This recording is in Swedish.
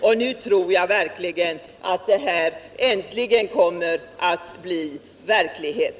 Och nu tror jag verkligen att vägen äntligen kommer att bli verklighet.